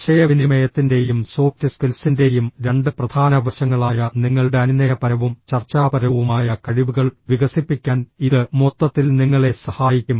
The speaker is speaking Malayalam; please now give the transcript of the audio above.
ആശയവിനിമയത്തിൻറെയും സോഫ്റ്റ് സ്കിൽസിൻറെയും രണ്ട് പ്രധാന വശങ്ങളായ നിങ്ങളുടെ അനുനയപരവും ചർച്ചാപരവുമായ കഴിവുകൾ വികസിപ്പിക്കാൻ ഇത് മൊത്തത്തിൽ നിങ്ങളെ സഹായിക്കും